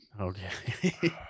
Okay